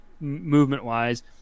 movement-wise